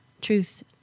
Truth